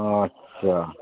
আচ্ছা